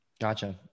Gotcha